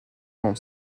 son